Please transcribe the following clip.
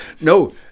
No